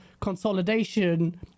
consolidation